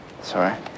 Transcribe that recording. sorry